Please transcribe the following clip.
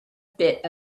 bit